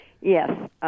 Yes